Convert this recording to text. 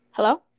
Hello